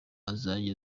tuzajya